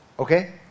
okay